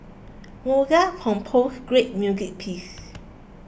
Mozart compose great music pieces